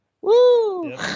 Woo